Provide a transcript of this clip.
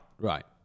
Right